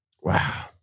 Wow